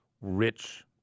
rich